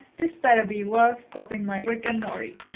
this better be worth stopping my rick and morty.